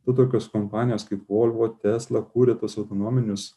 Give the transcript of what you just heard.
nu tokios kompanijos kaip volvo tesla kuria tuos autonominius